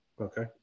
Okay